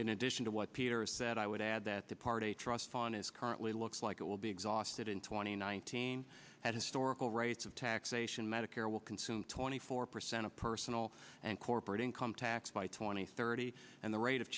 in addition to what peter said i would add that the party trust fund is currently looks like it will be exhausted in twenty nineteen had historical rates of taxation medicare will consume twenty four percent of personal and corporate income tax by twenty thirty and the rate of